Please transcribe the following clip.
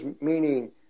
meaning